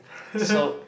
so